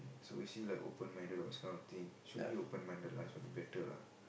so is she like open minded or this kind of thing should be open minded lah is for the better lah